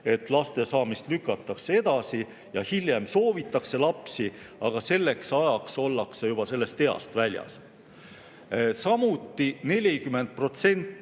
kus laste saamist lükatakse edasi ja hiljem küll soovitakse lapsi, aga siis ollakse juba sellest east väljas. Samuti 40%